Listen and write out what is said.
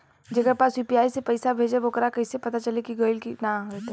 जेकरा पास यू.पी.आई से पईसा भेजब वोकरा कईसे पता चली कि गइल की ना बताई?